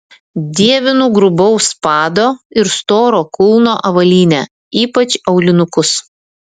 dievinu grubaus pado ir storo kulno avalynę ypač aulinukus